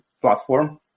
platform